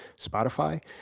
Spotify